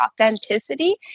authenticity